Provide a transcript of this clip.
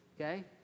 okay